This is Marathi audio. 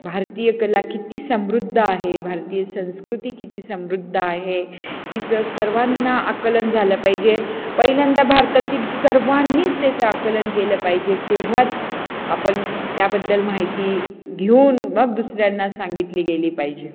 भारतीय कला कि्ती समृद्ध आहे भारतीय संस्कृती किती समृद्ध आहे तिचं सर्वांना आकलन झालं पाहिजे पहिल्यांदा भारतातील सर्वांनीच त्याचं आकलन केलं पाहिजे तेव्हाच आपण त्याबद्दल माहिती घेऊन मग दुसऱ्यांना सांगितली गेली पाहिजे